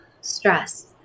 stress